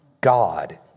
God